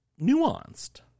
nuanced